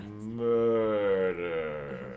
Murder